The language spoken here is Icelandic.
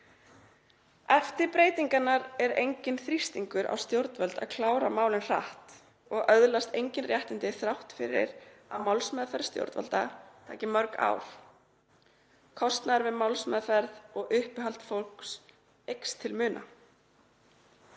Eftir breytingarnar er enginn þrýstingur á stjórnvöld að klára málin hratt og fólk öðlast engin réttindi þrátt fyrir að málsmeðferð stjórnvalda taki mörg ár. Kostnaður við málsmeðferð og uppihald fólks eykst til muna.